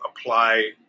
apply